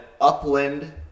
upland